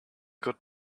good